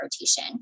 rotation